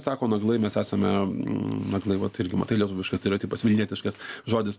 sako naglai mes esame naglai vat irgi matai lietuviškas stereotipas vilnietiškas žodis